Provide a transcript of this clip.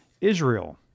Israel